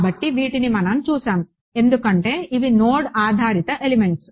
కాబట్టి వీటిని మనం చూసాము ఎందుకంటే ఇవి నోడ్ ఆధారిత ఎలిమెంట్స్